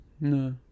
No